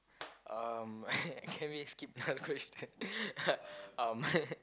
um can we skip the question um